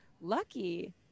lucky